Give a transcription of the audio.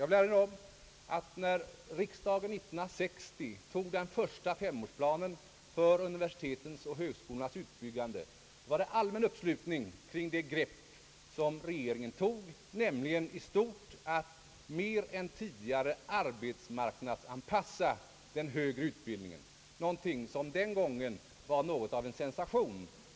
Jag vill erinra om att när riksdagen år 1960 tog den första femårsplanen för universitetens och högskolornas utbyggande var det allmän uppslutning kring regeringens grepp, nämligen att i stort sett mer än tidigare arbetsmarknadsanpassa den högre utbildningen, vilket den gången var något av en sensation.